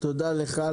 תודה לך.